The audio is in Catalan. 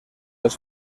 els